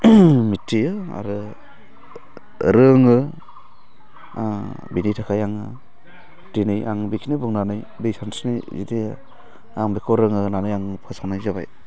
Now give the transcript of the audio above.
मिथियो आरो रोङो बेनि थाखाय आङो दिनै आं बेखिनि बुंनानै दै सानस्रिनाय बिदि आं बेखौ रोङो होननानै आं फोसावनाय जाबाय